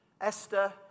Esther